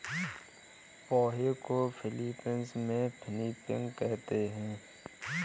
पोहे को फ़िलीपीन्स में पिनीपिग कहते हैं